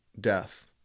death